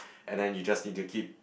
and then you just need to keep